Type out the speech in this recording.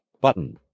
Button